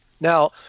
Now